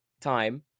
time